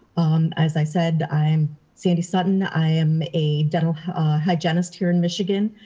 as i said, i'm sandy sutton. i am a dental hygienist here in michigan.